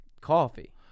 coffee